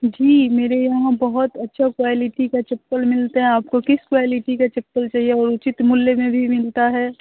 जी मेरे यहाँ बहुत अच्छा क्वालिटी का चप्पल मिलते हैं आपको किस क्वालिटी का चप्पल चाहिए वह उचित मूल्य में भी मिलता है